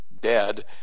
dead